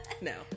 No